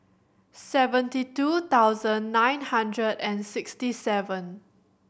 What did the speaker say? seventy two thousand nine hundred and sixty seven